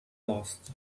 lost